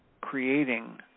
creating